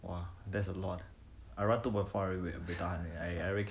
how long do you ran you ran around your estate ah